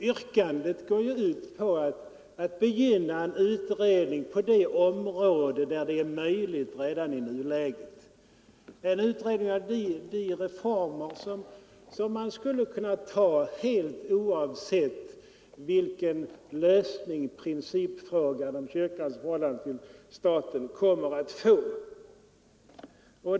Yrkandet går ut på en utredning av reformer som är nödvändiga i nuläget, de reformer som vi skulle kunna ta helt oavsett vilken lösning principfrågan om kyrkans förhållande till staten kommer att få.